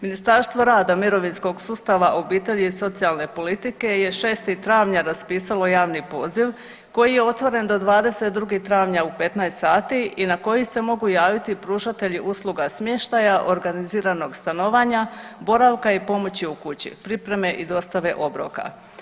Ministarstvo rada, mirovinskog sustava, obitelji i socijalne politike je 6. travnja raspisalo javni poziv koji je otvoren do 22. travnja u 15 sati i na koji se mogu javiti pružatelji usluga smještaja, organiziranog stanovanja, boravka i pomoći u kući pripreme i dostave obroka.